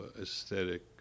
aesthetic